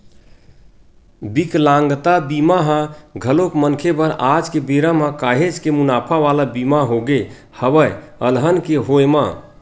बिकलांगता बीमा ह घलोक मनखे बर आज के बेरा म काहेच के मुनाफा वाला बीमा होगे हवय अलहन के होय म